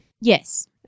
Yes